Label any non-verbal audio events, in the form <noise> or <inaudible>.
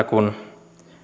<unintelligible> kun